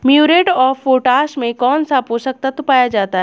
Muriate of potash में कौन सा पोषक तत्व पाया जाता है?